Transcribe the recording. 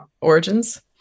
origins